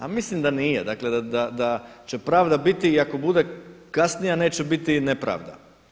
A mislim da nije, dakle da će pravda biti i ako bude kasnija neće biti nepravda.